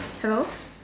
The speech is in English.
hello